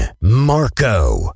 Marco